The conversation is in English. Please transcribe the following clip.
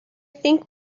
think